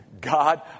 God